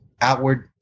outward